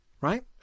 right